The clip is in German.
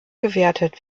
gewertet